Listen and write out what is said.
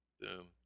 Boom